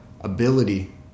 ability